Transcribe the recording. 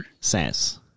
says